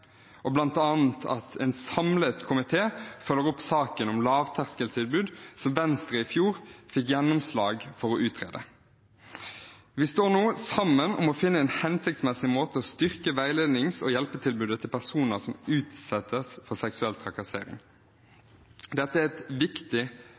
at en samlet komité følger opp saken om lavterskeltilbud, som Venstre i fjor fikk gjennomslag for å utrede. Vi står nå sammen om å finne en hensiktsmessig måte å styrke veilednings- og hjelpetilbudet på til personer som utsettes for seksuell trakassering.